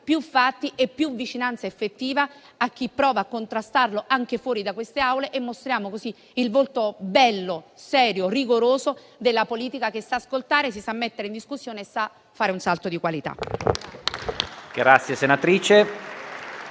più fatti e più vicinanza effettiva a chi prova a contrastare la violenza, anche fuori da queste Aule. Mostriamo così il volto bello, serio e rigoroso della politica, che sta ascoltare, si sa mettere in discussione e sa fare un salto di qualità.